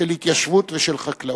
של התיישבות ושל חקלאות.